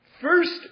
First